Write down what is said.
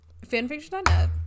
Fanfiction.net